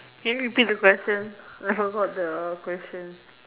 can you repeat the question I forgot the question